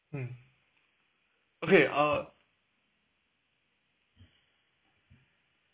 mm okay uh